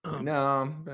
no